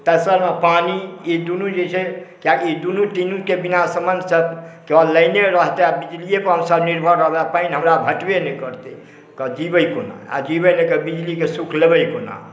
तेसर मे पानि ई दुनू जे छै कीया ई दुनू तिनू के बिना सम्बन्ध सऽ केवल लाइने रहतै आ बिजलिये पर हमसब निर्भर रहबै आ पानि हमरा भेटबे नहि करतै तऽ जीबै कोना आओर जीबै नहि तऽ बिजली के सुख लेबै कोना